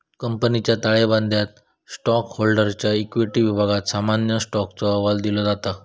कंपनीच्या ताळेबंदयात स्टॉकहोल्डरच्या इक्विटी विभागात सामान्य स्टॉकचो अहवाल दिलो जाता